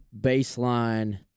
baseline